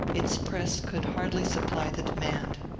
its press could hardly supply the demand.